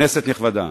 כנסת נכבדה,